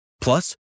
Plus